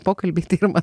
pokalbiai tai yra ma